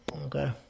Okay